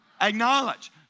Acknowledge